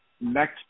next